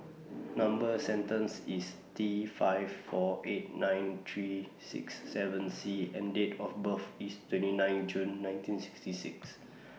Number sequence IS T five four eight nine three six seven C and Date of birth IS twenty nine June nineteen sixty six